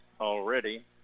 already